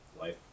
life